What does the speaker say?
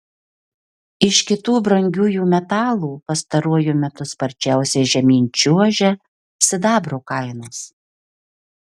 iš kitų brangiųjų metalų pastaruoju metu sparčiausiai žemyn čiuožia sidabro kainos